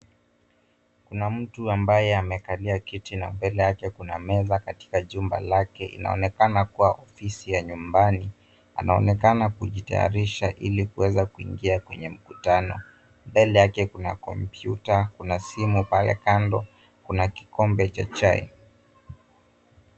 Kuna mtu ambaye amekalia kiti na mbele yake kuna meza katika jumba lake. Inaonekana kua ofisi ya nyumbani. Anaonekana kujitayarisha ili kuweza kuingia kwenye mkutano. Mbele yake kuna kompyuta, kuna simu pale kando, kuna kikombe cha chai.